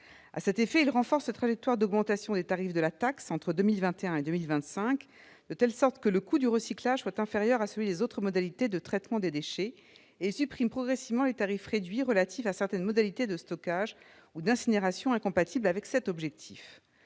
À cet effet, il renforce la trajectoire d'augmentation des tarifs de la taxe entre 2021 et 2025, de telle sorte que le coût du recyclage soit inférieur à celui des autres modalités de traitement des déchets, et il supprime progressivement les tarifs réduits relatifs à certaines modalités de stockage ou d'incinération incompatibles avec cet objectif.